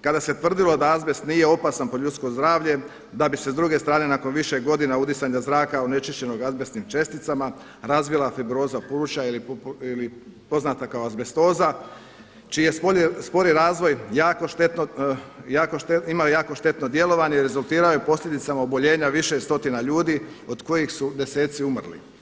kada se tvrdilo da azbest nije opasan po ljudsko zdravlja da bi se s druge strane nakon više godina udisanja zraka onečišćenog azbestnim česticama razvila fibroza pluća ili poznata kao azbestoza čiji spori razvoj ima jako štetno djelovanje i rezultirao je posljedicama oboljenja više stotina ljudi od kojih su deseci umrli.